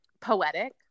poetic